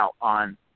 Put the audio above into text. on